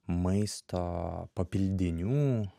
maisto papildinių